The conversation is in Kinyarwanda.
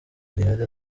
gihari